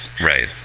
Right